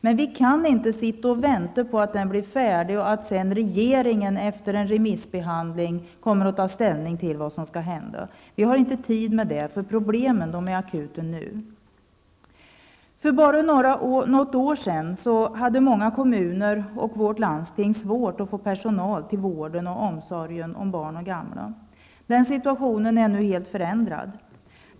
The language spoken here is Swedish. Men vi kan inte sitta och vänta tills den blir färdig och att sedan regeringen efter en remissomgång tar ställning till vad som skall hända. Vi har inte tid med det, för problemen är akuta nu. För bara några år sedan hade många kommuner och landsting svårt att få personal till vård och omsorg av barn och gamla. Där är situationen nu helt annorlunda.